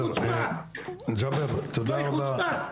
זו חוצפה.